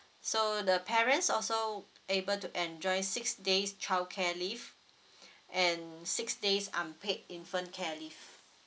so the parents also able to enjoy six days childcare leave and six days unpaid infant care leave